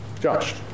Josh